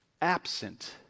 absent